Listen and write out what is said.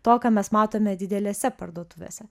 to ką mes matome didelėse parduotuvėse